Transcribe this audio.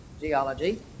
geology